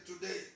today